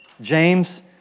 James